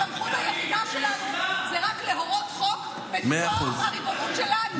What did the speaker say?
הסמכות היחידה שלנו זה רק להורות חוק בתוך הריבונות שלנו.